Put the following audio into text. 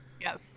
Yes